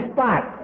Spot